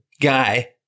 guy